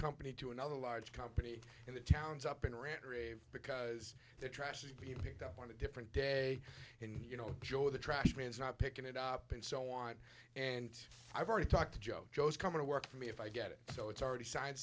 company to another large company in the towns up in rant rave because their trash is being picked up on a different day and you know joe the trash man's not picking it up and so on and i've already talked to joe joe's coming to work for me if i get it so it's already signed